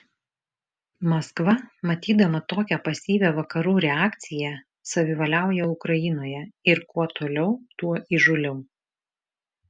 maskva matydama tokią pasyvią vakarų reakciją savivaliauja ukrainoje ir kuo toliau tuo įžūliau